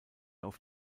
auf